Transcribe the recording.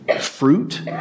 fruit